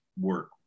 work